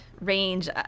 range